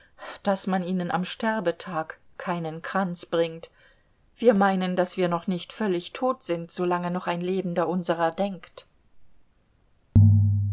daß man ihnen am sterbetag keinen kranz bringt wir meinen daß wir noch nicht völlig tot sind so lange noch ein lebender unserer denkt